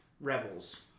Rebels